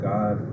God